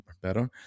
better